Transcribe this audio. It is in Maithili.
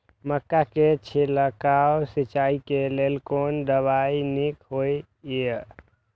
मक्का के छिड़काव सिंचाई के लेल कोन दवाई नीक होय इय?